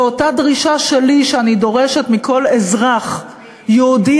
ואותה דרישה שלי שאני דורשת מכל אזרח יהודי,